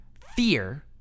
fear